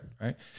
Right